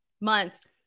months